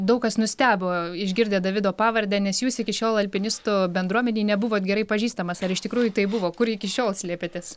daug kas nustebo išgirdę davido pavardę nes jūs iki šiol alpinistų bendruomenėj nebuvot gerai pažįstamas ar iš tikrųjų taip buvo kur iki šiol slėpėtės